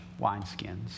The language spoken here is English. wineskins